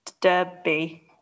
Derby